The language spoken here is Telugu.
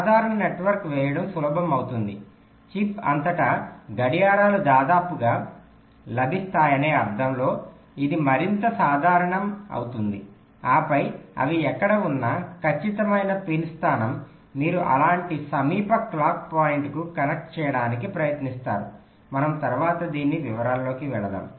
సాధారణ నెట్వర్క్ వేయడం సులభం అవుతుంది చిప్ అంతటా గడియారాలు దాదాపుగా లభిస్తాయనే అర్థంలో ఇది మరింత సాధారణం అవుతుంది ఆపై అవి ఎక్కడ ఉన్నా ఖచ్చితమైన పిన్ స్థానం మీరు అలాంటి సమీప క్లాక్ పాయింట్కు కనెక్ట్ చేయడానికి ప్రయత్నిస్తారు మనము తరువాత దీని వివరాలలోకి వెళ్తాము